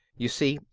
you see,